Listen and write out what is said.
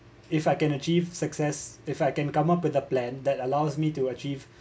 if I can achieve success if I can come up with a plan that allows me to achieve